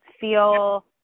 feel